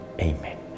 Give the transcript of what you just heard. Amen